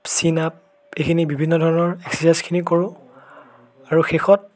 chin up এইখিনি বিভিন্ন ধৰণৰ এক্সেচাইজখিনি কৰোঁ আৰু শেষত